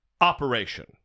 operation